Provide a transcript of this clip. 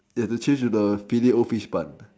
ya the cheese with the fillet O fish buns